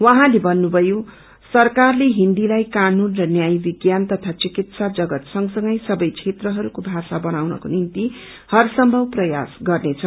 उहाँले भन्नुभयो सरकारले हिन्दीलाई कानून र न्याय विज्ञान तथा चिकित्सा जगत सँग सँगै सबै क्षेत्रहरूको भाषा बनाउनको निम्ति हरसम्भव प्रयास गर्नेछ